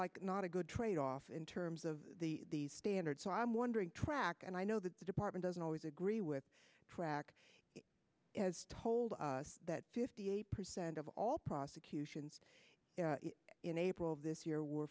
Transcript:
like not a good tradeoff in terms of the standards so i'm wondering track and i know that the department doesn't always agree with track has told us that fifty eight percent of all prosecutions in april of this year w